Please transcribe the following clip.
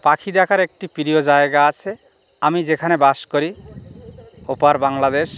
পাখি দেখার একটি প্রিয় জায়গা আছে আমি যেখানে বাস করি ওপার বাংলাদেশ